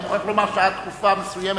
אני מוכרח לומר שעד תקופה מסוימת,